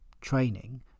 training